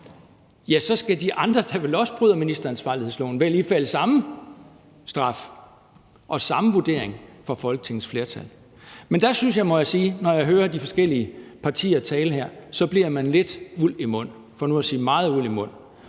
og så skal de andre, der også bryder ministeransvarlighedsloven, vel ifalde samme straf og samme vurdering fra Folketingets flertal. Men jeg synes, at når jeg hører de forskellige partier tale her, så bliver der talt lidt med uld i mund – for ikke at sige meget med uld i mund